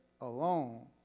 alone